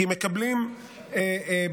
כי הם מקבלים במונחים,